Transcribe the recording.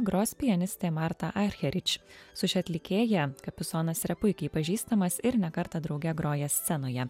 gros pianistė marta archerič su šia atlikėja kapisonas yra puikiai pažįstamas ir ne kartą drauge grojęs scenoje